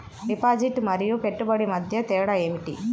Deposit మరియు పెట్టుబడి మధ్య తేడా ఏమిటి?